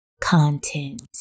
content